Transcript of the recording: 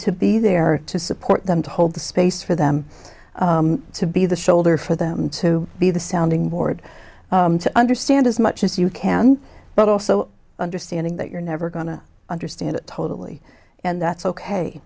to be there to support them to hold the space for them to be the shoulder for them to be the sounding board to understand as much as you can but also understanding that you're never going to understand it totally and that's ok